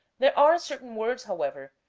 there are certain words, however,